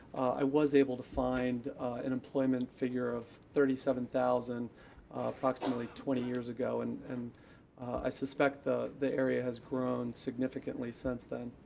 i was able to find an employment figure of thirty seven thousand approximately twenty years ago, and and i suspect the the area has grown significantly since then.